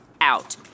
out